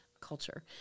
culture